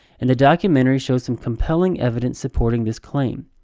and the documentary shows some compelling evidence supporting this claim.